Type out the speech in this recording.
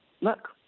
look